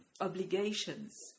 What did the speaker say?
obligations